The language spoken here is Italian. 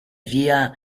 via